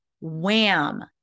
wham